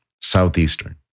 Southeastern